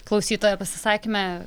klausytojo pasisakyme